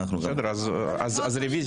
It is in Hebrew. רוויזיה.